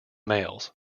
males